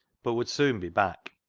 but would soon be back.